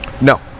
No